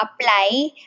apply